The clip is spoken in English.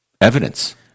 evidence